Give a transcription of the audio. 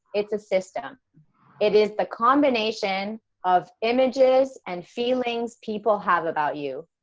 it's a system it is the combination of images and feelings people have about you,